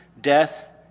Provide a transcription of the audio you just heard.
death